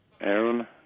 Aaron